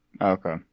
Okay